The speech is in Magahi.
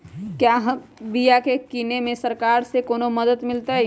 क्या हम बिया की किने में सरकार से कोनो मदद मिलतई?